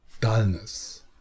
dullness